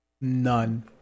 None